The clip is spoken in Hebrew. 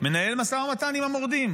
מנהל משא ומתן עם המורדים.